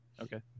Okay